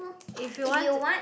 if you want to